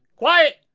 quiet